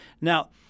Now